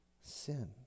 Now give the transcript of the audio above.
sin